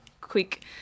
quick